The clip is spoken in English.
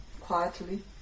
Quietly